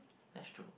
that's true